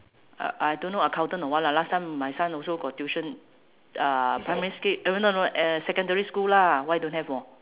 uh I don't know accountant or what lah last time my son also got tuition uh primary sch~ uh no no uh secondary school lah why don't have [wor]